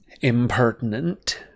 Impertinent